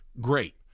Great